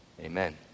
Amen